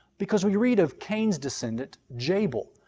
because we read of cain's descendant, jabal,